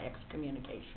excommunication